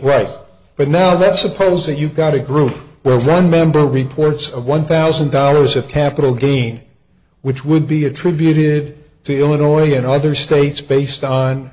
right but now let's suppose that you've got a group where one member reports of one thousand dollars of capital gain which would be attributed to illinois and other states based on